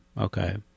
okay